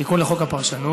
תיקון לחוק הפרשנות.